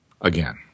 again